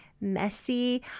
messy